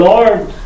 Lord